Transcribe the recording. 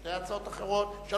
שלוש הצעות אחרות: